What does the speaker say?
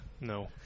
no